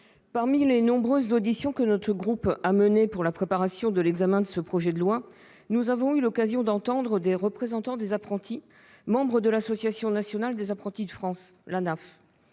cadre des nombreuses auditions que notre groupe a menées pour préparer l'examen du projet de loi, nous avons entendu des représentants des apprentis membres de l'Association nationale des apprentis de France, l'ANAF.